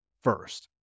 first